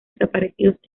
desaparecidos